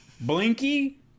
Blinky